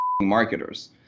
marketers